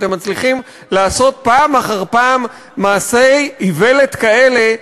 אתם מצליחים לעשות פעם אחר פעם מעשי איוולת כאלה,